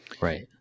right